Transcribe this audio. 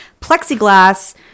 plexiglass